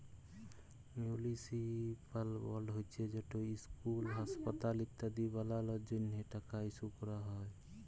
municipal board হছে যেট school, হাঁসপাতাল ইত্যাদি বালালর জ্যনহে টাকা ইস্যু ক্যরা হ্যয়